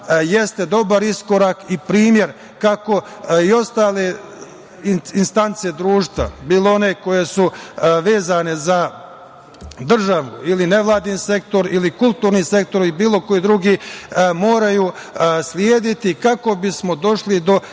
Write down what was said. jeste dobar iskorak i primer kako i ostale instance društva, bilo one koje su vezane za državu ili nevladin sektor ili kulturni sektor ili bilo koji drugi, moraju slediti kako bismo došli do